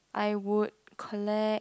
I would collect